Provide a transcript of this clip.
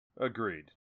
Agreed